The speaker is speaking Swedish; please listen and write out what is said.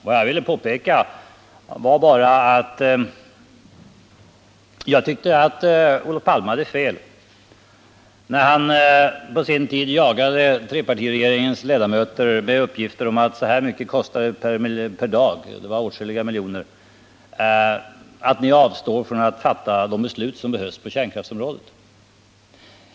Vad jag ville påpeka var bara att jag tyckte att Olof Palme hade fel när han på sin tid jagade trepartiregeringens ledamöter med sådana uppgifter som: Så här mycket kostar det per dag — och det var åtskilliga miljoner — därför att ni avstår från att fatta de beslut som behövs på kärnkraftsområdet.